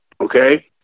Okay